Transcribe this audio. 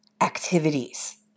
activities